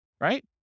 right